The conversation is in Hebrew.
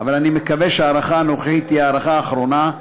אבל אני מקווה שההארכה הנוכחית תהיה ההארכה האחרונה,